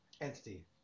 entity